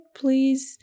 please